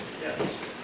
Yes